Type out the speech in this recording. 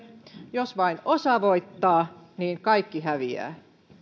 jos vain osa voittaa niin kaikki häviävät